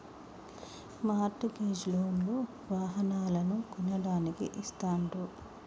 mart gauge loan లు వాహనాలను కొనడానికి ఇస్తాండ్రు